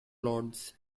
lords